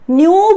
new